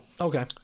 Okay